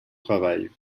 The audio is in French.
travail